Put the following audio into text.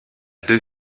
deux